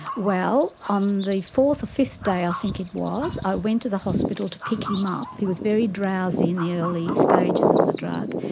well, on the fourth or fifth day i think it was i went to the hospital to pick him up. he was very drowsy in the early stages of the drug.